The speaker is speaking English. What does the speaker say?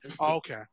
Okay